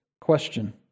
question